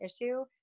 issue